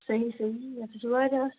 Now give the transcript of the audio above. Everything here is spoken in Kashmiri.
صحی صحی یَتھ حظ چھِ واریاہ